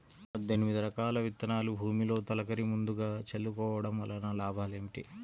పద్దెనిమిది రకాల విత్తనాలు భూమిలో తొలకరి ముందుగా చల్లుకోవటం వలన లాభాలు ఏమిటి?